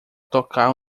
tocar